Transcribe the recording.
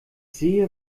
sehe